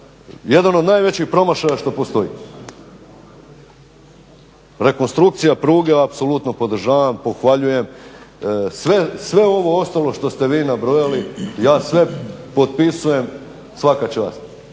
jedan od najvećih promašaja što postoji. Rekonstrukcija pruge apsolutno podržavam, pohvaljujem, sve ovo ostalo što ste vi nabrojali, ja sve potpisujem, svaka čast